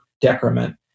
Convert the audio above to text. decrement